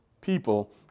people